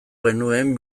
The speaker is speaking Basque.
genuen